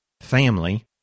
family